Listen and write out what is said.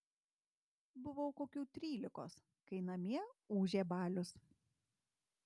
buvau kokių trylikos kai namie ūžė balius